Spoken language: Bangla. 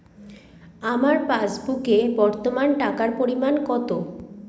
আমার পাসবুকে বর্তমান টাকার পরিমাণ কত?